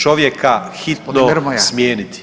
Čovjeka hitno smijeniti.